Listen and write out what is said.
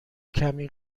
کمی